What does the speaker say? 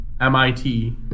MIT